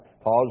Pause